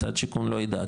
משרד השיכון לא יידע,